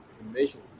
invasion